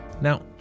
Now